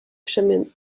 przemian